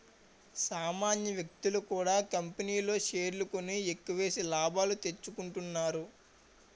సామాన్య వ్యక్తులు కూడా కంపెనీల్లో షేర్లు కొని ఎక్కువేసి లాభాలు తెచ్చుకుంటున్నారు